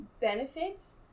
benefits